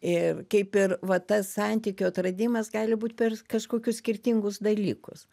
ir kaip ir va tas santykio atradimas gali būt per kažkokius skirtingus dalykus